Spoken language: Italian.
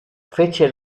fece